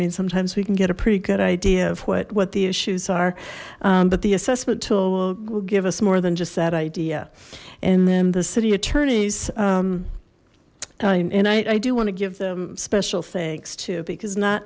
mean sometimes we can get a pretty good idea of what what the issues are but the assessment tool will give us more than just that idea and then the city attorney's i mean and i i do want to give them special thanks to because not